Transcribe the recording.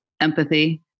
empathy